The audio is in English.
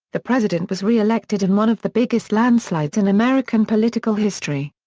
the president was re-elected in one of the biggest landslides in american political history.